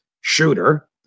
shooter